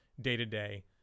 day-to-day